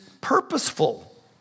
purposeful